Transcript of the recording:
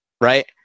right